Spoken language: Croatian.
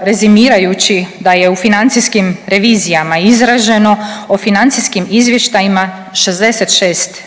Rezimirajući da je u financijskim revizijama izraženo o financijskim izvještajima 66